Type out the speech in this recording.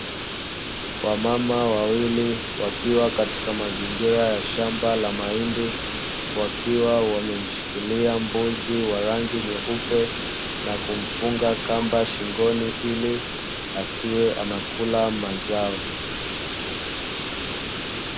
Wamama wawili wakiwa katika mazingira ya shamba la mahindi wakiwa wamemshikilia mbuzi wa rangi nyeupe na kumfunga kamba shingoni ile asiwe anakula mazao.